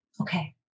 okay